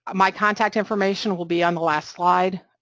my contact information will be on the last slide,